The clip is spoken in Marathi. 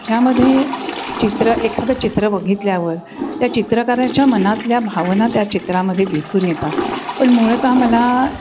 ह्यामध्ये चित्र एखादं चित्र बघितल्यावर त्या चित्रकाराच्या मनातल्या भावना त्या चित्रामध्ये दिसून येतात पण मूलतः मला